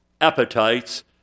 appetites